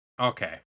Okay